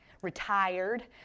Retired